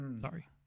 Sorry